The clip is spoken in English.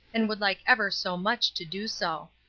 and would like ever so much to do so.